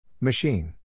Machine